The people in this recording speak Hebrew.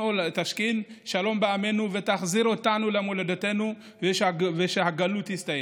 תשכין שלום בעמנו ותחזיר אותנו למולדתנו ושהגלות תסתיים.